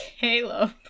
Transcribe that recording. Caleb